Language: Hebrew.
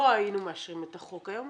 לא היינו מאשרים את החוק היום